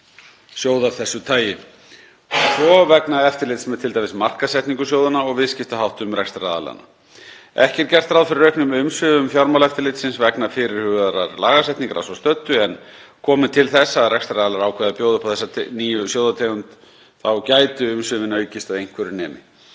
sjóð af þessu tagi og svo vegna eftirlits með t.d. markaðsetningu sjóðanna og viðskiptaháttum rekstraraðilanna. Ekki er gert ráð fyrir auknum umsvifum Fjármálaeftirlitsins vegna fyrirhugaðrar lagasetningar að svo stöddu, en komi til þess að rekstraraðilar ákveði að bjóða upp á þessa nýju sjóðategund gætu umsvifin aukist svo einhverju nemi.